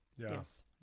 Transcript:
Yes